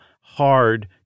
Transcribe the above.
hard